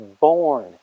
born